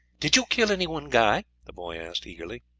did you kill anyone, guy? the boy asked eagerly.